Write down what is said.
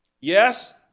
Yes